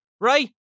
right